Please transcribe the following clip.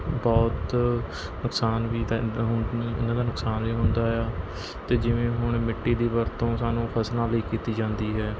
ਬਹੁਤ ਨੁਕਸਾਨ ਵੀ ਇਨ੍ਹਾਂ ਦਾ ਨੁਕਸਾਨ ਵੀ ਹੁੰਦਾ ਆ ਅਤੇ ਜਿਵੇਂ ਹੁਣ ਮਿੱਟੀ ਦੀ ਵਰਤੋਂ ਸਾਨੂੰ ਫਸਲਾਂ ਲਈ ਕੀਤੀ ਜਾਂਦੀ ਹੈ